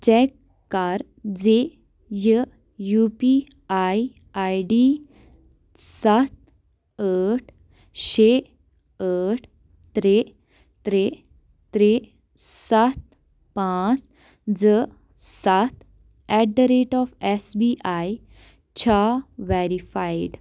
check کَر زِ یہِ U P I I D سَتھ ٲٹھ شیٚے ٲٹھ ترٛےٚ ترٛےٚ ترٛےٚ سَتھ پانژھ زٕ سَتھ eight the rate of S B A چھا ویرفایِڈ